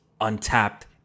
untapped